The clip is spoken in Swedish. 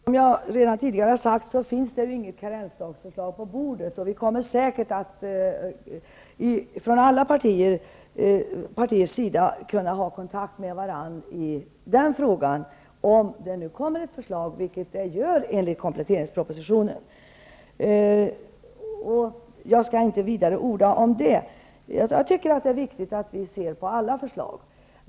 Fru talman! Som jag redan tidigare har sagt finns det inte något förslag om karensdagar på bordet. Vi kommer säkert att kunna ha kontakt med varandra från alla partier i den frågan, om det nu kommer ett förslag, vilket det gör enligt regeringens proposition. Jag skall inte vidare orda om det. Det är viktigt att vi ser på alla förslag.